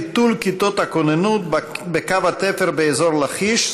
ביטול כיתות הכוננות בקו התפר באזור לכיש,